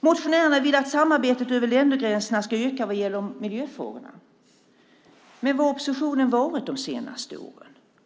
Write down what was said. Motionärerna vill att samarbetet över ländergränserna ska öka vad gäller miljöfrågorna. Men var har oppositionen varit de senaste åren?